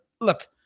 look